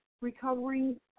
recovering